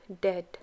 dead